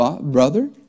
brother